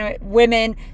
women